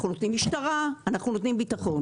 אנחנו נותנים משטרה, אנחנו נותנים ביטחון.